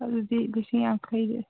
ꯑꯗꯨꯗꯤ ꯂꯤꯁꯤꯡ ꯌꯥꯡꯈꯩ